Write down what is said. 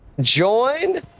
join